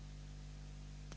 Hvala